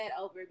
over